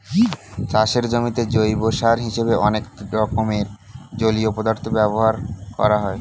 চাষের জমিতে জৈব সার হিসেবে অনেক রকম জলীয় পদার্থ ব্যবহার করা হয়